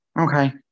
Okay